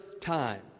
time